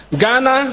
Ghana